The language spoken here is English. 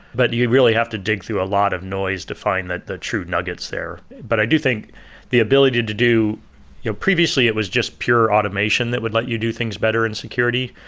but you really have to dig through a lot of noise to find the true nuggets there. but i do think the ability to do you know previously, it was just pure automation that would let you do things better in security.